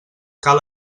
cal